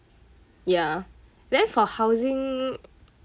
ya then for housing